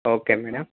okay madam